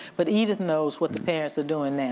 but edith knows what the parents are doing now.